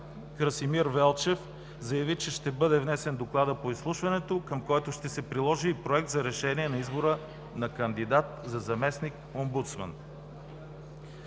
Красимир Велчев заяви, че ще бъде внесен доклада по изслушването, към който ще се приложи и Проект за решение на избора на кандидат за заместник-омбудсман.